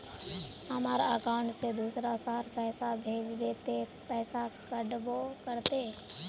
हमर अकाउंट से दूसरा शहर पैसा भेजबे ते पैसा कटबो करते?